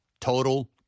Total